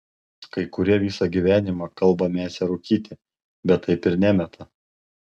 kai kurie visą gyvenimą kalba mesią rūkyti bet taip ir nemeta